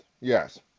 yes